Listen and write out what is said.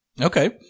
Okay